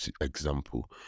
example